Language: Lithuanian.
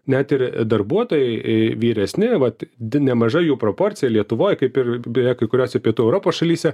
net ir darbuotojai vyresni vat di nemaža jų proporcija lietuvoj kaip ir beje kai kuriose pietų europos šalyse